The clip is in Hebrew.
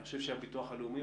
אני חושב שהביטוח הלאומי,